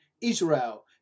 Israel